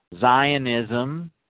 Zionism